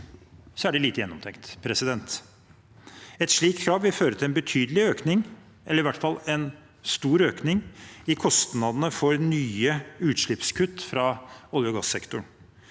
er det lite gjennomtenkt. Et slikt krav vil føre til en betydelig økning, i hvert fall en stor økning, i kostnadene for nye utslippskutt fra olje- og gassektoren,